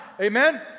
Amen